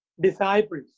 disciples